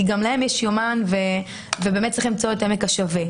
כי גם להם יש יומן וצריך למצוא את עמק השווה.